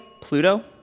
Pluto